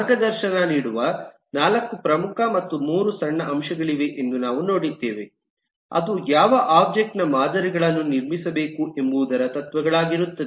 ಮಾರ್ಗದರ್ಶನ ನೀಡುವ 4 ಪ್ರಮುಖ ಮತ್ತು 3 ಸಣ್ಣ ಅಂಶಗಳಿವೆ ಎಂದು ನಾವು ನೋಡಿದ್ದೇವೆ ಅದು ಯಾವ ಒಬ್ಜೆಕ್ಟ್ ನ ಮಾದರಿಗಳನ್ನು ನಿರ್ಮಿಸಬೇಕು ಎಂಬುದರ ತತ್ವಗಳಾಗಿರುತ್ತದೆ